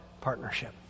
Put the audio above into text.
partnership